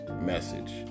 message